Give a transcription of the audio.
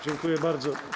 Dziękuję bardzo.